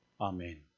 Amen